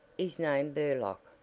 is named burlock,